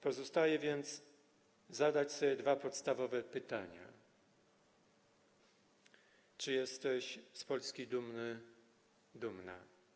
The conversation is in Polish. Pozostaje więc zadać sobie dwa podstawowe pytania: Czy jesteś z Polski dumny, dumna?